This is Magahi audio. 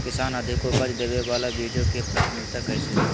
किसान अधिक उपज देवे वाले बीजों के प्राथमिकता कैसे दे?